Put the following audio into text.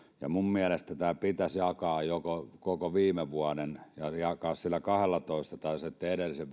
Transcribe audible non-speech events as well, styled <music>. minun mielestäni joko pitäisi jakaa koko viime vuoden myynti kahdellatoista tai sitten ottaa edellisen <unintelligible>